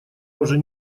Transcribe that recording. уже